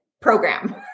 program